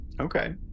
Okay